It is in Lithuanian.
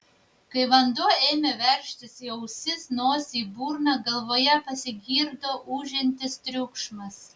kai vanduo ėmė veržtis į ausis nosį ir burną galvoje pasigirdo ūžiantis triukšmas